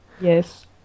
Yes